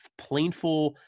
plainful